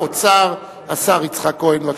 האוצר, השר יצחק כהן.